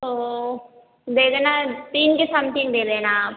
तो दे देना तीन के समथिंग दे देना आप